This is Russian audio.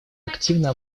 активно